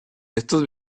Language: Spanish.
estos